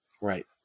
Right